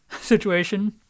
situation